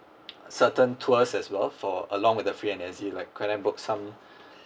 certain tours as well for along with the free and as like can I book some